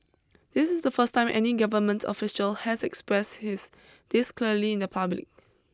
this is the first time any government official has expressed his this clearly in the public